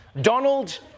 Donald